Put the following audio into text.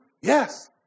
Yes